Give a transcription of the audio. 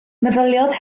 meddyliodd